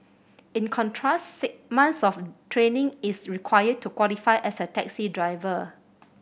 in contrast months of training is required to qualify as a taxi driver